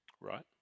Right